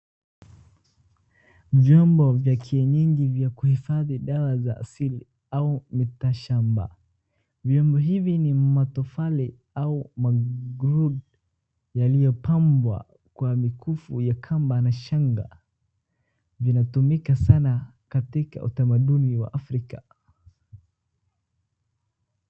Vyombo vya kienyeji vya kuhifadhi dawa za asili au mitishamba vyombo hivi ni matofali au magru yaliyopambwa kwa mikufu ya kamba na shanga vinatumika sana katika utamaduni wa afrika.